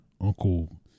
Uncle